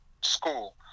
school